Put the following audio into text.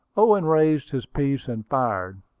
owen raised his piece and fired.